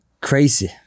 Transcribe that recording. Crazy